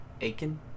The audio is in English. Aiken